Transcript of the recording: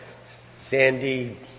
sandy